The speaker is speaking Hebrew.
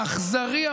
האכזרי,